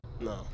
No